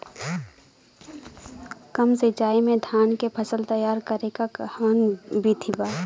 कम सिचाई में धान के फसल तैयार करे क कवन बिधि बा?